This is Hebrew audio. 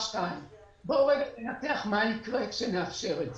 בואו ננתח מה יקרה כשנאפשר את זה.